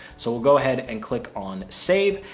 so we'll go ahead and click on save,